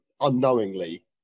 unknowingly